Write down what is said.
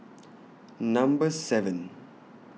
Number seven